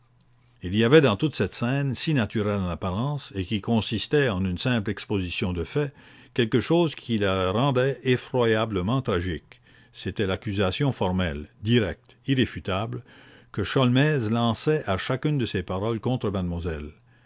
il y avait dans toute cette scène si naturelle en apparence et qui consistait en une simple exposition de faits quelque chose qui la rendait effroyablement tragique c'était l'accusation formelle directe irréfutable que sholmès lançait à chacune de ses paroles contre mademoiselle